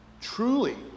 truly